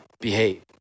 Behave